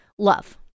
love